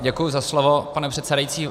Děkuji za slovo, pane předsedající.